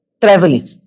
traveling